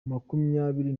makumyabiri